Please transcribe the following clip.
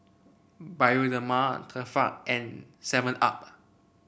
Bioderma Tefal and Seven Up